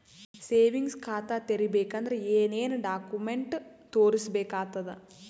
Savings ಖಾತಾ ತೇರಿಬೇಕಂದರ ಏನ್ ಏನ್ಡಾ ಕೊಮೆಂಟ ತೋರಿಸ ಬೇಕಾತದ?